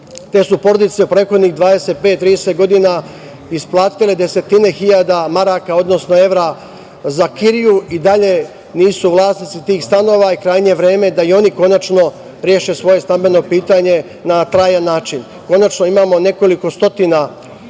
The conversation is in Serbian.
Te su porodice prethodnih 25, 30 godina isplatile desetine hiljada maraka, odnosno evra za kiriju i dalje nisu vlasnici tih stanova. Krajnje je vreme da i oni konačno reše svoje stambeno pitanje na trajan način. Konačno, imamo nekoliko stotina